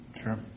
Sure